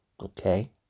Okay